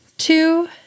two